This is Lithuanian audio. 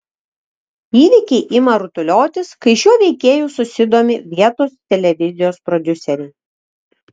įvykiai ima rutuliotis kai šiuo veikėju susidomi vietos televizijos prodiuseriai